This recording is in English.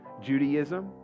Judaism